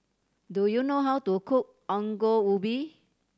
do you know how to cook Ongol Ubi